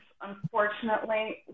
unfortunately